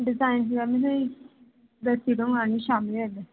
design शिजाइन कोई दस्सी देओ आह्नी आं शाम्मी बेल्लै